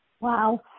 Wow